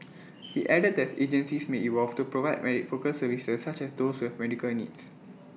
he added that's agencies may evolve to provide my focused services such as those who have medical needs